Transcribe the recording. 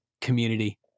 community